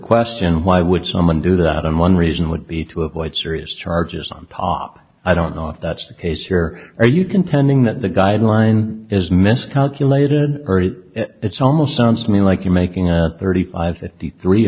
question why would someone do that and one reason would be to avoid serious charges on top i don't know if that's the case here are you contending that the guideline is miscalculated early it's almost sounds to me like you're making a thirty five fifty three